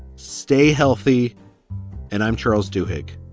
stay healthy and i'm charles duhigg.